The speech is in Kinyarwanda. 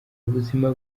ubuzima